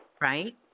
Right